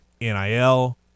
NIL